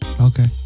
Okay